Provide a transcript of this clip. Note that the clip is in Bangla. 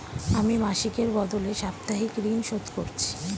আমি মাসিকের বদলে সাপ্তাহিক ঋন শোধ করছি